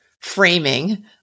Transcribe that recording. framing